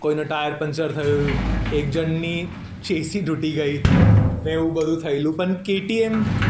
કોઈનું tyre puncture થયું એક જણની ચેસી તૂટી ગઈ ને એવું બધું થયેલું પણ કેટીએમ